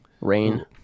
Rain